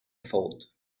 faute